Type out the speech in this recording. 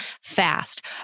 fast